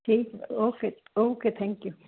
okay thank you